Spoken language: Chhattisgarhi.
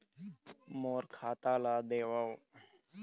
मोर खाता ला देवाव?